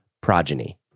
progeny